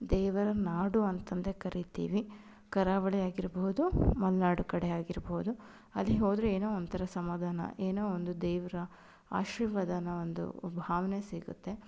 ದೇವರ ನಾಡು ಅಂತಂದೇ ಕರೀತೀವಿ ಕರಾವಳಿ ಆಗಿರಬಹ್ದು ಮಲೆನಾಡು ಕಡೆ ಆಗಿರಬಹ್ದು ಅಲ್ಲಿಗೆ ಹೋದರೆ ಏನೋ ಒಂಥರ ಸಮಾಧಾನ ಏನೋ ಒಂದು ದೇವರ ಆಶೀರ್ವಾದ ಅನ್ನೋ ಒಂದು ಭಾವನೆ ಸಿಗುತ್ತೆ